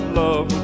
love